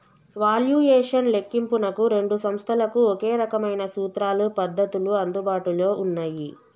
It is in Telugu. వాల్యుయేషన్ లెక్కింపునకు రెండు సంస్థలకు ఒకే రకమైన సూత్రాలు, పద్ధతులు అందుబాటులో ఉన్నయ్యి